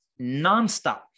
nonstop